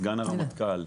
סגן הרמטכ"ל,